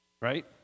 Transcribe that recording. right